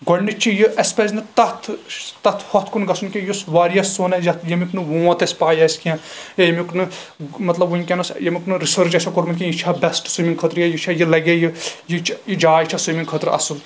گۄڈٕنِچ چھِ یہِ اَسہِ پَزِ نہٕ تَتھ تتھ ہُتھ کُن گژھُن کیٚنٛہہ یُس واریاہ سرٚون آسہِ ییٚمیُک نہ ووتھ پاے آسہِ کیٚنٛہہ یا ییٚمیُک نہٕ مطلب وٕنکینس ییٚمیُک نہٕ رِسٲرٕچ آسہِ کوٚرمُت کِہینۍ یہِ چھا بیسٹ سُیمِنٛگ خٲطرٕ یا یہِ چھا یہِ لگیا یہِ جاے چھےٚ سُیمِنٛگ خٲطرٕ اَصٕل